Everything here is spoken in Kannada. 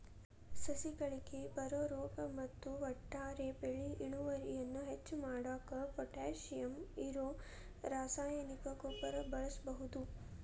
ಸಸಿಗಳಿಗೆ ಬರೋ ರೋಗ ಮತ್ತ ಒಟ್ಟಾರೆ ಬೆಳಿ ಇಳುವರಿಯನ್ನ ಹೆಚ್ಚ್ ಮಾಡಾಕ ಪೊಟ್ಯಾಶಿಯಂ ಇರೋ ರಾಸಾಯನಿಕ ಗೊಬ್ಬರ ಬಳಸ್ಬಹುದು